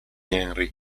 henry